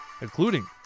including